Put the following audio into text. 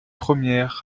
premières